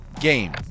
game